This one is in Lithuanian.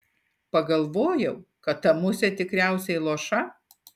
pagalvojau kad ta musė tikriausiai luoša